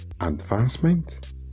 advancement